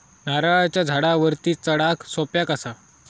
नारळाच्या झाडावरती चडाक सोप्या कसा?